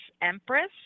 empress